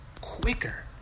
quicker